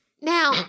Now